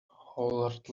hollered